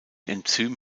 enzym